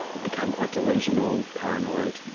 became quite delusional, paranoid,